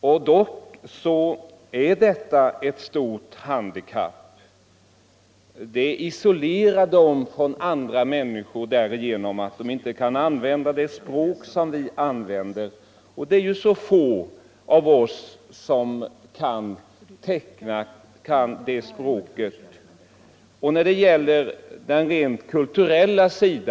Dock = Sveriges Radios är detta ett stort handikapp — det isolerar vederbörande från andra män = programutbud niskor därför att de inte kan använda det språk som vi använder och därför att så få av oss kan teckenspråket.